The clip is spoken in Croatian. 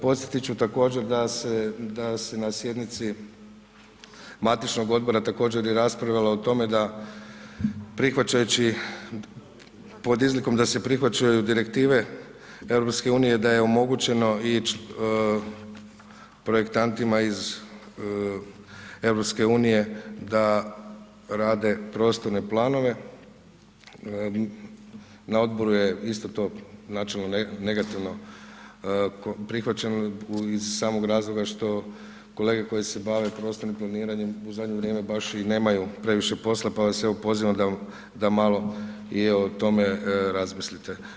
Podsjetiti ću također da se na sjednici matičnog odbora također i raspravljalo o tome da prihvaćajući pod izlikom da se prihvaćaju direktive EU i da je omogućeno i projektantima iz EU da rade prostorne planove na odboru je isto to načelno negativno prihvaćeno iz samog razloga što kolege koji se bave prostornim planiranjem u zadnje vrijeme baš i nemaju previše posla pa vas evo pozivam da malo i o tome razmislite.